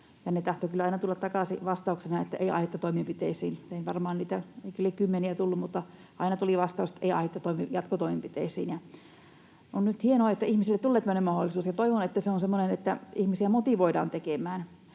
kyllä aina tulla takaisin vastauksena, että ”ei aihetta toimenpiteisiin”. Ei varmaan niitä nyt yli kymmeniä tullut, mutta aina tuli vastaus, että ei aihetta jatkotoimenpiteisiin. On nyt hienoa, että ihmisille tulee tämmöinen mahdollisuus, ja toivon, että se on semmoinen, että ihmisiä motivoidaan tekemään.